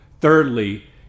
thirdly